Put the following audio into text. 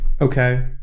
okay